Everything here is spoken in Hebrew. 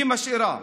היא משאירה: